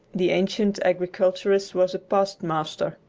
the ancient agriculturist was a past-master,